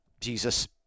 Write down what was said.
Jesus